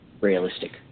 realistic